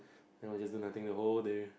then we just do nothing the whole day